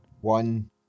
one